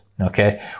Okay